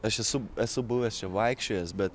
aš esu esu buvęs čia vaikščiojęs bet